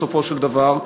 בסופו של דבר.